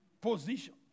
position